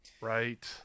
right